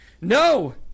No